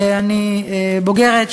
ואני בוגרת,